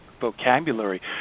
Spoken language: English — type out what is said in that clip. vocabulary